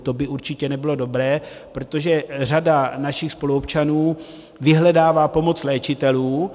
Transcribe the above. To by určitě nebylo dobré, protože řada našich spoluobčanů vyhledává pomoc léčitelů.